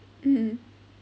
mm